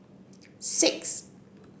six